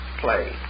play